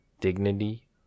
Dignity